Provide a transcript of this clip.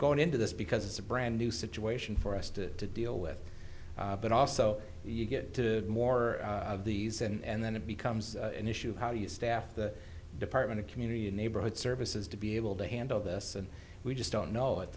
going into this because it's a brand new situation for us to deal with but also you get to more of these and then it becomes an issue of how do you staff the department of community and neighborhood services to be able to handle this and we just don't know at